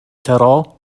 ترى